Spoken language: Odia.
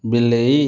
ବିଲେଇ